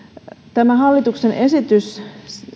tämä hallituksen esitys